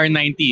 R90